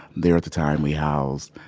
there at the time we housed,